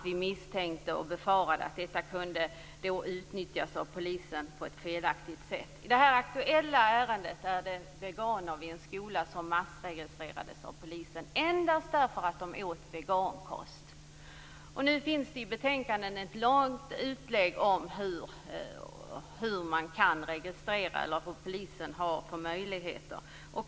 Vi misstänkte och befarade att det här kunde utnyttjas av polisen på ett felaktigt sätt. Det aktuella ärendet gäller veganer vid en skola som massregistrerades av polisen endast därför att de åt vegankost. I betänkandet finns det ett långt utlägg om vilka möjligheter polisen har att registrera.